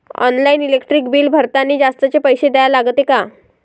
Online electric bill भरतानी जास्तचे पैसे द्या लागते का?